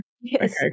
Yes